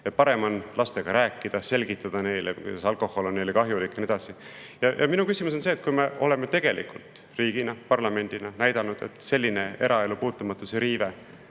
Parem on lastega rääkida, selgitada neile, et alkohol on neile kahjulik ja nii edasi. Minu arvamus on see, et kui me oleme riigina, parlamendina näidanud, et selline eraelu puutumatuse riive